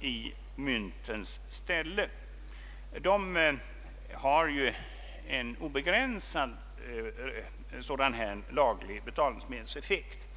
i myntens ställe; de har ju en obegränsad laglig betalningsmedelseffekt.